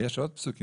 יש עוד פסוקים.